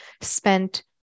spent